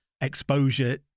exposure